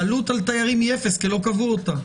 העלות על תיירים היא אפס כי לא קבעו אותה.